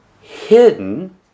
hidden